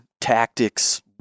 tactics